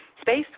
space